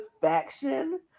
faction